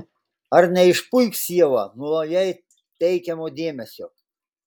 ar neišpuiks ieva nuo jai teikiamo dėmesio